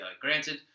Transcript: Granted